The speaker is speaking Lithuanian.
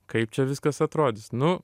kaip čia viskas atrodys nu